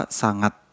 sangat